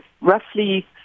roughly